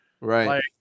right